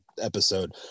episode